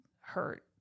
hurt